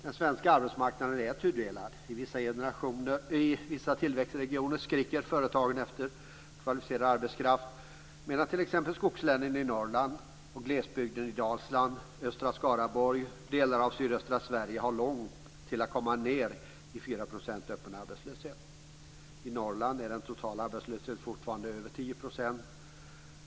Den svenska arbetsmarknaden är tudelad. I vissa tillväxtregioner skriker företagen efter kvalificerad arbetskraft, medan t.ex. skogslänen i Norrland, glesbygden i Dalsland, östra Skaraborg och delar av sydöstra Sverige har långt ned till 4 % öppen arbetslöshet. I Norrland är den totala arbetslösheten fortfarande över 10 %.